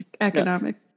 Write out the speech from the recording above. economics